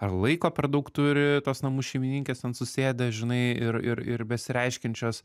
ar laiko per daug turi tos namų šeimininkės ten susėdę žinai ir ir ir besireiškiančios